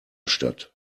statt